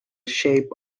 shape